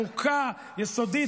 אני קורא אותך לסדר קריאה שנייה.